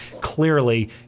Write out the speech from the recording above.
clearly